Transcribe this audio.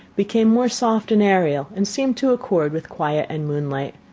became more soft and aerial, and seemed to accord with quiet and moonlight.